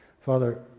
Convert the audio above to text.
Father